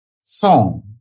song